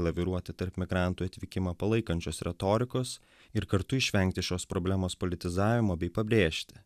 laviruoti tarp migrantų atvykimą palaikančios retorikos ir kartu išvengti šios problemos politizavimo bei pabrėžti